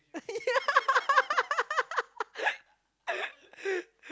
yeah